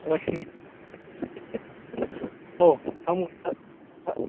ꯍꯣꯏ ꯑꯣ